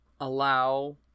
allow